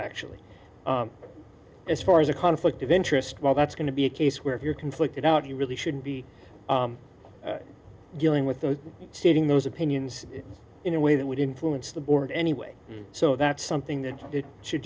actually as far as a conflict of interest well that's going to be a case where if you're conflicted out you really shouldn't be dealing with those sitting those opinions in a way that would influence the board anyway so that's something that should